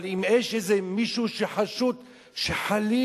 אבל אם יש איזה מישהו שחשוד שחלילה